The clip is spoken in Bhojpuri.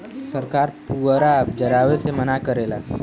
सरकार पुअरा जरावे से मना करेला